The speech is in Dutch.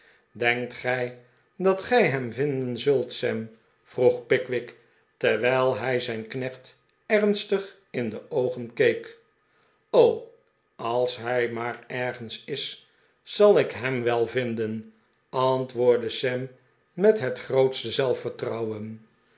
denkt gij dat gij hem vinden zult sam vroeg pickwick terwijl hij zijn knecht ernstig in de oogen keek als hij maar ergens is zal ik hem wel vinden antwoordde sam met het grootste zelfvertrouwen